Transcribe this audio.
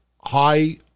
high